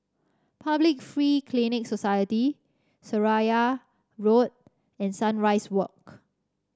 Public Free Clinic Society Seraya Road and Sunrise Walk